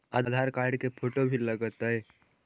आधार card के photo भी लग तै?